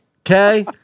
okay